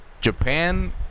Japan